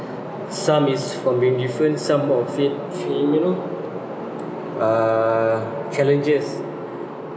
some is from being different some of it feel you know uh challenges